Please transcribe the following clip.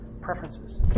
preferences